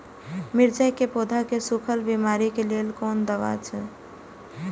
मिरचाई के पौधा के सुखक बिमारी के लेल कोन दवा अछि?